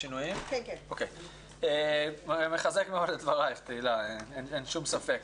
אני מחזק מאוד את דברייך, אין שום ספק.